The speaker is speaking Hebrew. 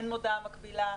אין מודעה מקבילה?